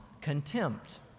contempt